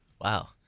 Wow